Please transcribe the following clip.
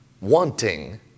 wanting